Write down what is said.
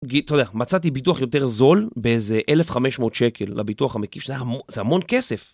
אתה יודע, מצאתי ביטוח יותר זול באיזה 1,500 שקל לביטוח המקיף, זה המון כסף.